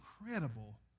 incredible